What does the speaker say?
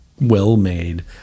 well-made